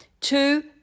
Two